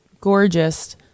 gorgeous